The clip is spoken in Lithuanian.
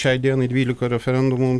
šiai dienai dvylika referendumų